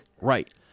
Right